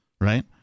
right